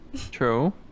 True